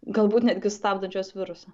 galbūt netgi stabdančios virusą